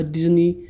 Disney